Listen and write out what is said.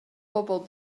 bobol